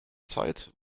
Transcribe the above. zeit